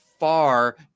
Far